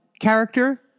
character